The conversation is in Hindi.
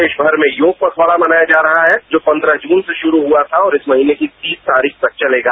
प्रदेश भर में योग पखवाड़ा मनाया जा रहा है जो पंद्रह जून से शुरू हुआ था और इस महीने की तीस तारीख तक चलेगा